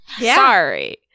Sorry